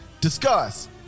discuss